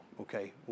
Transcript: Okay